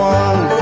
one